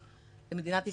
משמעותיות למדינת ישראל,